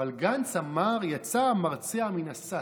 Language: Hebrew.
אבל גנץ אמר, יצא המרצע מן השק: